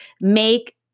make